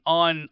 on